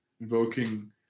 invoking